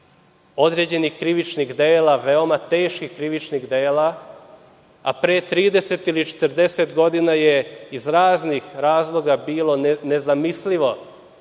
određenih krivičnih dela, veoma teških krivičnih dela, a pre 30 ili 40 godina je iz raznih razloga bilo nezamislivo